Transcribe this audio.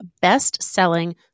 best-selling